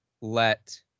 let